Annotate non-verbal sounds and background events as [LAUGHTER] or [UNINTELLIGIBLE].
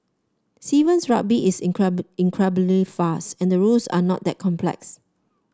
Sevens Rugby is [UNINTELLIGIBLE] incredibly fast and rules are not that complex